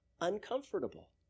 uncomfortable